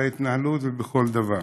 בהתנהלות ובכל דבר.